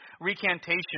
recantation